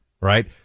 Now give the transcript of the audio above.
right